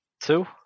Two